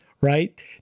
right